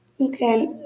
Okay